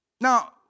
Now